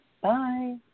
Bye